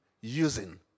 using